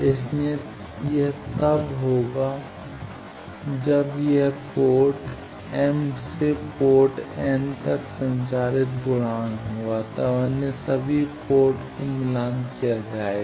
इसलिए यह तब हां होगा जब यह पोर्ट m से पोर्ट n तक संचारित गुणांक होगा जब अन्य सभी पोर्ट को मिलान किया जाएगा